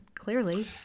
Clearly